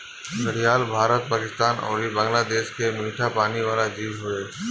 घड़ियाल भारत, पाकिस्तान अउरी बांग्लादेश के मीठा पानी वाला जीव हवे